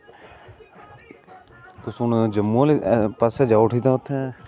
ते तुस हून जम्मू आह्ले पासै जाई ओड़ो ते उत्थै